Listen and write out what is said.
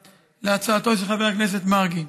להצעתו של חבר הכנסת מרגי.